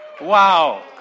Wow